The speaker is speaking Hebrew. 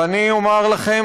ואני אומר לכם,